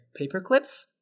paperclips